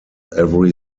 every